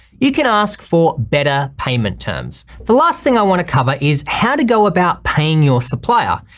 you can ask for better payment terms. the last thing i wanna cover is how to go about paying your supplier.